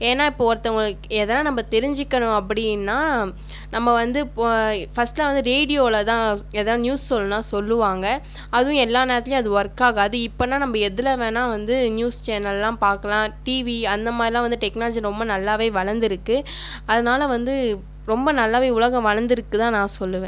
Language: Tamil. ஏன்னால் இப்போ ஒருத்தவங்களுக்கு எதனால் நம்ம தெரிஞ்சுக்கணும் அப்படின்னா நம்ம வந்து இப்போது ஃபஸ்ட்லாம் வந்து ரேடியோவில் தான் எதாவது நியூஸ் சொல்லணுன்னா சொல்லுவாங்கள் அதுவும் எல்லாநேரத்துலேயும் அது ஒர்க் ஆகாது இப்போனா நம்ம எதில் வேணால் வந்து நியூஸ் சேனல்லாம் பார்க்கலாம் டிவி அந்தமாதிரிலாம் டெக்னாலஜி ரொம்ப நல்லாவே வளர்ந்துருக்கு அதனால வந்து ரொம்ப நல்லாவே உலகம் வளர்ந்துருக்கு தான் நான் சொல்லுவன்